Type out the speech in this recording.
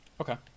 Okay